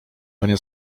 panie